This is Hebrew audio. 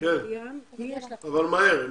הזו חייבת להיות מוכרת על ידי